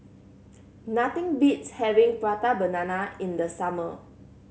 nothing beats having Prata Banana in the summer